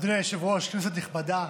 אדוני היושב-ראש, כנסת נכבדה,